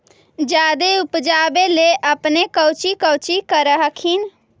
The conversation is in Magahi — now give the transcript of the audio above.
जादे उपजाबे ले अपने कौची कौची कर हखिन?